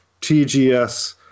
TGS